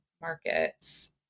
markets